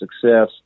success